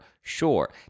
Sure